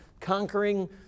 conquering